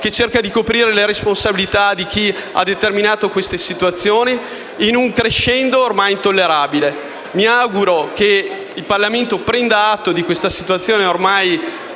che cerca di coprire le responsabilità di chi ha determinato queste situazioni in un crescendo ormai intollerabile. Mi auguro che il Parlamento prenda atto di questa situazione ormai